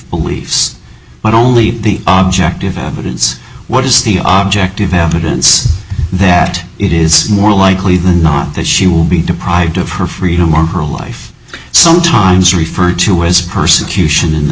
beliefs not only the object of evidence what is the object of happens that it is more likely than not that she will be deprived of her freedom or her life sometimes referred to as persecution in the